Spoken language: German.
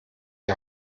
die